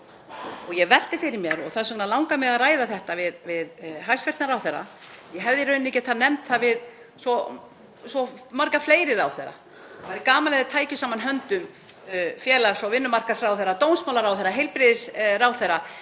Ég velti fyrir mér, og þess vegna langar mig að ræða þetta við hæstv. ráðherra — ég hefði raunar getað nefnt þetta við svo marga fleiri ráðherra; það væri gaman ef þeir tækju saman höndum, félags- og vinnumarkaðsráðherra, dómsmálaráðherra og heilbrigðisráðherra,